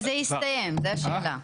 השאלה היא מתי זה יסתיים.